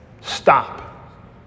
Stop